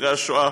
אחרי השואה,